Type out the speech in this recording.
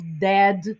dead